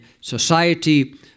society